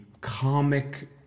comic